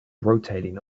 rotating